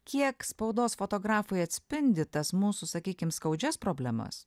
kiek spaudos fotografai atspindi tas mūsų sakykim skaudžias problemas